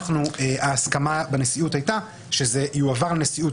ההסכמה בנשיאות הייתה שזה יועבר לנשיאות,